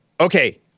Okay